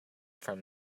from